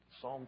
Psalm